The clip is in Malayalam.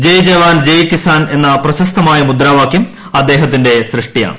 ജയ് ജവാൻ ജയ് കിസാൻ എന്ന പ്രശസ്തമായ മുദ്രാവാക്യം അദ്ദേഹത്തിന്റെ സൃഷ്ടിയാണ്